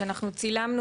שאנחנו צילמנו